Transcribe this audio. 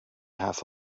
half